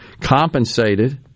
compensated